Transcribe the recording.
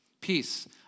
Peace